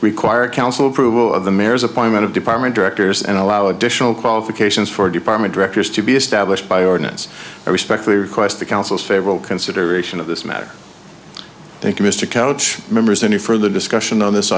require council approval of the mayor's appointment of department directors and allow additional qualifications for department directors to be established by ordinance i respectfully request the council's favorable consideration of this matter thank you mr coach members any further discussion on this